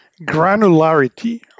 granularity